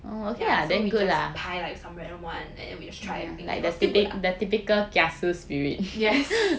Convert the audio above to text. yeah we just 排 like some random [one] and then we just try everything it was still good lah yes